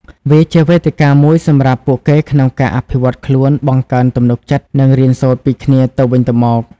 វាជាវេទិកាមួយសម្រាប់ពួកគេក្នុងការអភិវឌ្ឍខ្លួន បង្កើនទំនុកចិត្ត និងរៀនសូត្រពីគ្នាទៅវិញទៅមក។